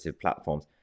platforms